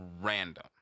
random